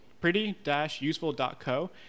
Pretty-useful.co